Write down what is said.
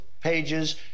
pages